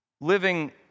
living